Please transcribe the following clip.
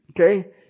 Okay